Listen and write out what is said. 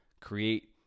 Create